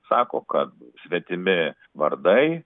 sako kad svetimi vardai